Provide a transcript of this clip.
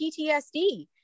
PTSD